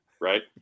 Right